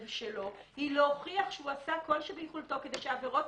כולנו יודעים שהוא יכול להיכנס, לעקוף אותי.